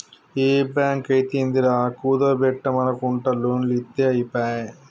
ఏ బాంకైతేందిరా, కుదువ బెట్టుమనకుంట లోన్లిత్తె ఐపాయె